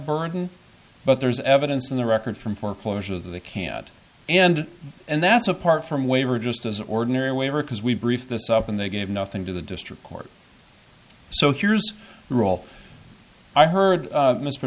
burden but there's evidence in the record from foreclosure that they can't and and that's apart from waiver just as ordinary waiver because we brief this up and they gave nothing to the district court so here's rule i heard